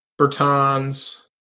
Bertans